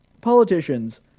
politicians